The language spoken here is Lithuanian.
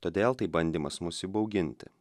todėl tai bandymas mus įbauginti